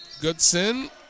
Goodson